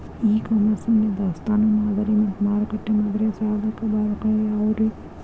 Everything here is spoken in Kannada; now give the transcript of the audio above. ಇ ಕಾಮರ್ಸ್ ನಲ್ಲಿ ದಾಸ್ತಾನು ಮಾದರಿ ಮತ್ತ ಮಾರುಕಟ್ಟೆ ಮಾದರಿಯ ಸಾಧಕ ಬಾಧಕಗಳ ಯಾವವುರೇ?